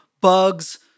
bugs